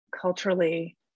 culturally